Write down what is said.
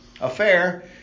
affair